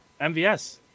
MVS